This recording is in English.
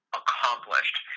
accomplished